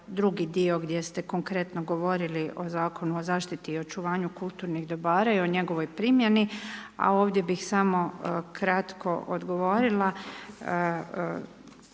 drugi dio gdje ste konkretno govorili o Zakonu o zaštiti i očuvanju kulturnih dobara i o njegovoj primjeni, a ovdje bih samo kratko odgovorila